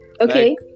okay